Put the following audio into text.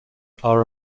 are